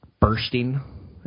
bursting